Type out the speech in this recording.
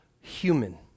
human